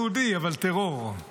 טרור יהודי, אבל טרור,